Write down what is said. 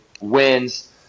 wins